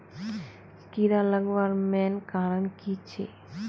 कीड़ा लगवार मेन कारण की छे?